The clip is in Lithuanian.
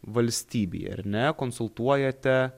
valstybei ar ne konsultuojate